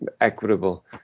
equitable